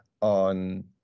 on